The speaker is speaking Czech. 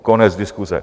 Konec diskuse.